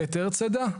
היתר צידה.